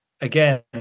again